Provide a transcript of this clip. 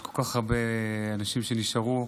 יש כל כך הרבה אנשים שנשארו,